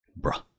Bruh